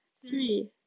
three